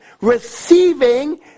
receiving